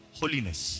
holiness